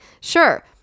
Sure